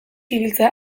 ibiltzea